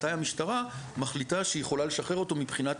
מתי המשטרה מחליטה שהיא יכולה לשחרר אותו מבחינת